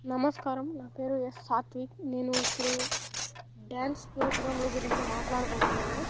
నమస్కారం నా పేరు ఎస్ సాత్విక్ నేను ఇప్పుడు డ్యాన్స్ ప్రోగ్రామ్ల గురించి మాట్లాడబోతున్నాను